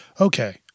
Okay